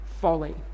folly